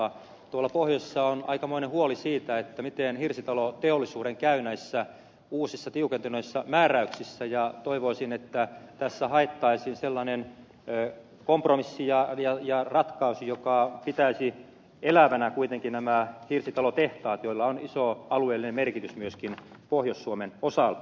tuolla pohjoisessa on aikamoinen huoli siitä miten hirsitaloteollisuuden käy näissä uusissa tiukentuneissa määräyksissä ja toivoisin että tässä haettaisiin sellainen kompromissi ja ratkaisu joka pitäisi elävinä kuitenkin nämä hirsitalotehtaat joilla on iso alueellinen merkitys myöskin pohjois suomen osalta